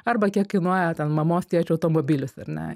arba kiek kainuoja ten mamos tėčio automobilis ar ne